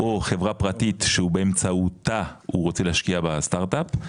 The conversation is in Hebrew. או חברה פרטית שבאמצעותה הוא רוצה להשקיע בסטארט אפ,